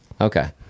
Okay